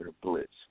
blitz